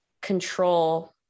control